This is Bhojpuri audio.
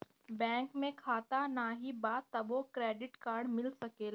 बैंक में खाता नाही बा तबो क्रेडिट कार्ड मिल सकेला?